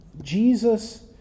Jesus